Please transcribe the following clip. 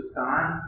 time